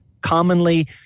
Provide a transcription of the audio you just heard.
commonly